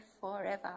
forever